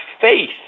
faith